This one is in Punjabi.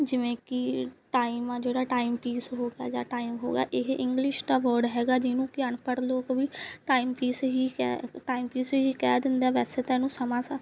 ਜਿਵੇਂ ਕਿ ਟਾਈਮ ਆ ਜਿਹੜਾ ਟਾਈਮ ਪੀਸ ਹੋ ਗਿਆ ਜਾਂ ਟਾਈਮ ਹੋ ਗਿਆ ਇਹ ਇੰਗਲਿਸ਼ ਦਾ ਵਰਡ ਹੈਗਾ ਜਿਹਨੂੰ ਕਿ ਅਨਪੜ੍ਹ ਲੋਕ ਵੀ ਟਾਈਮ ਪੀਸ ਹੀ ਕਹਿ ਟਾਈਮ ਪੀਸ ਹੀ ਕਹਿ ਦਿੰਦੇ ਹੈ ਵੈਸੇ ਤਾਂ ਇਹਨੂੰ ਸਮਾਂ ਸਾਰ